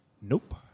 Nope